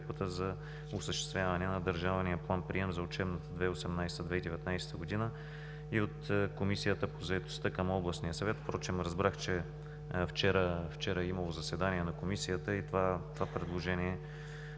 за осъществяване на държавния план-прием за учебната 2018/2019 г. и от Комисията по заетостта към Областния съвет. Впрочем разбрах, че вчера е имало заседание на Комисията и това предложение